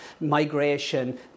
migration